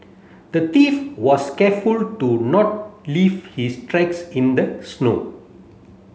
the thief was careful to not leave his tracks in the snow